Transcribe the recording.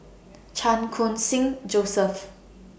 Chan Khun Sing Joseph